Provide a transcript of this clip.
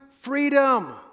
freedom